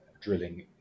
Drilling